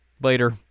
later